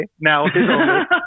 now